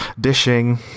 dishing